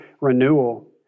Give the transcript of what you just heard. renewal